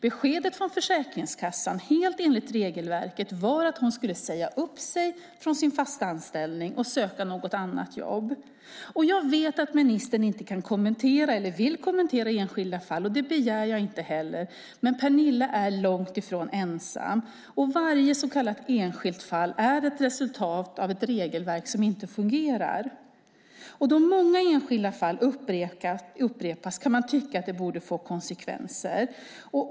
Beskedet från Försäkringskassan, helt enligt regelverket, var att hon skulle säga upp sig från sin fasta anställning och söka något annat jobb. Jag vet att ministern inte kan eller vill kommentera enskilda fall, och det begär jag inte heller, men Pernilla är långt ifrån ensam. Varje så kallat enskilt fall är ett resultat av ett regelverk som inte fungerar. Då många enskilda fall upprepas kan man tycka att det borde få konsekvenser.